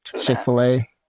Chick-fil-A